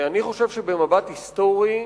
אני חושב שבמבט היסטורי,